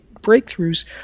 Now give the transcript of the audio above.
breakthroughs